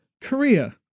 Korea